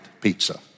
pizza